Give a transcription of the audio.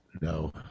No